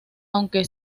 aunque